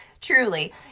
Truly